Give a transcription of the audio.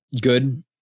good